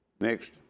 Next